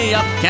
up